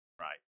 Right